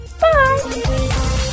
Bye